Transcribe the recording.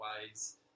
ways